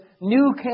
new